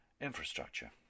infrastructure